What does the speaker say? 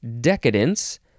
decadence